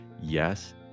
yes